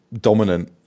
dominant